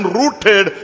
rooted